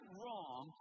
wrong